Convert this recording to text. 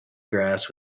grass